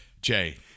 Jay